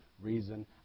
reason